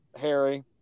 Harry